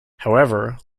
however